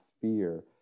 fear